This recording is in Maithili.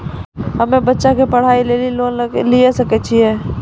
हम्मे बच्चा के पढ़ाई लेली लोन लिये सकय छियै?